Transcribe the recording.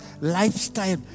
lifestyle